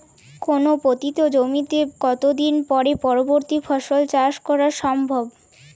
কোনো পতিত জমিতে কত দিন পরে পরবর্তী ফসল চাষ করা সম্ভব?